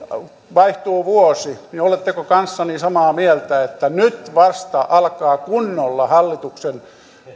vaihtuu vuosi niin oletteko kanssani samaa mieltä että nyt vasta alkavat kunnolla hallituksen